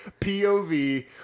POV